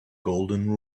golden